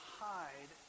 hide